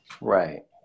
Right